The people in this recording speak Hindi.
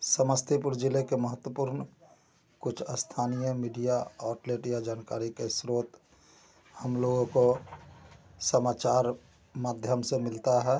समस्तीपुर ज़िले के महत्वपूर्ण कुछ स्थानीय मीडिया और प्लेटिया जानकारी के स्रोत हम लोगों को समाचार माध्यम से मिलता है